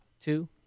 two